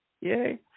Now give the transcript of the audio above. yay